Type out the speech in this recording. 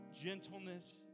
gentleness